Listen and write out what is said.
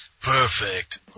Perfect